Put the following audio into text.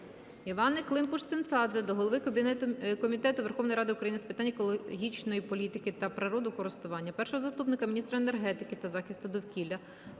Іванни Климпуш-Цинцадзе до голови Комітету Верховної Ради України з питань екологічної політики та природокористування, першого заступника міністра енергетики та захисту довкілля,